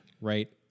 right